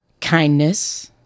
kindness